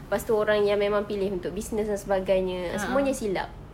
lepas itu orang yang memang pilih untuk business dan sebagainya dan semuanya silap